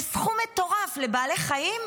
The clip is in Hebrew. זה סכום מטורף לבעלי חיים.